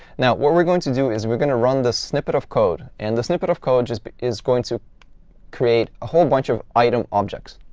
now, what we're going to do is we're going to run this snippet of code, and this snippet of code just but is going to create a whole bunch of item objects.